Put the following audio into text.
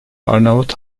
arnavut